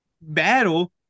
battle